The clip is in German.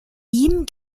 ihm